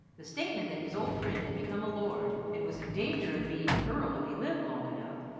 the statement that his old friend had become a lord, and was in danger of being an earl if he lived long enough,